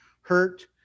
hurt